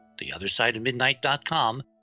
theothersideofmidnight.com